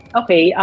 okay